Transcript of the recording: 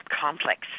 complex